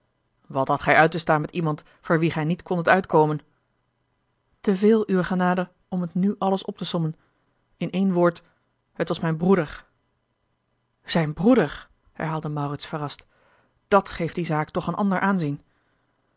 wat hadt gij uit te staan met iemand voor wien gij niet kondet uitkomen te veel uwe genade om het nu alles op te sommen in één woord het was mijn broeder zijn broeder herhaalde maurits verrast dàt geeft die zaak toch een ander aanzien